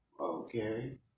Okay